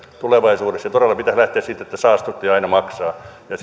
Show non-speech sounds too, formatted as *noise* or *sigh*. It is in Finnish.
tulevaisuudessa todella pitäisi lähteä siitä että saastuttaja aina maksaa ja *unintelligible*